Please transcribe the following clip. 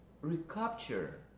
recapture